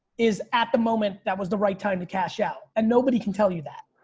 is at the moment that was the right time to cash out and nobody can tell you that.